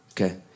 okay